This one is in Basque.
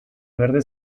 berde